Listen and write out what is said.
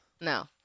No